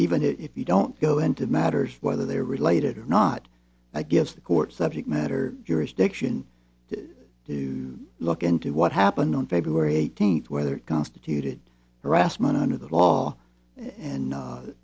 even if you don't go into matters whether they are related or not i guess the court subject matter jurisdiction to to look into what happened on february eighteenth whether it constituted harassment under the law and